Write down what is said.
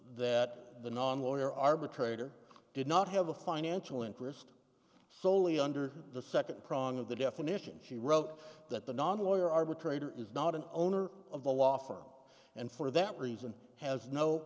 that the non lawyer arbitrator did not have a financial interest soley under the second prong of the definition she wrote that the non lawyer arbitrator is not an owner of a law firm and for that reason has no